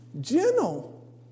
gentle